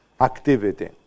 activity